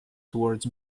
towards